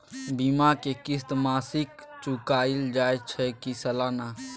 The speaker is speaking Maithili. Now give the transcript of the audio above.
बीमा के किस्त मासिक चुकायल जाए छै की सालाना?